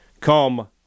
Come